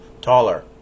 taller